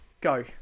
Go